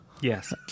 Yes